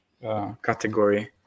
category